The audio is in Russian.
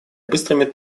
быстрыми